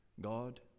God